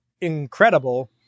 incredible